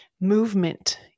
Movement